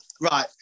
Right